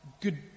good